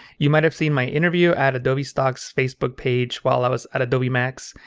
you might have seen my interview at adobe stock's facebook page while i was at adobe max.